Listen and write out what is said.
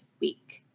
week